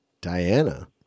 Diana